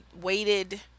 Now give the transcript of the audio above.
weighted